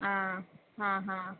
आ आ हा